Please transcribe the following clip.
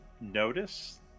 notice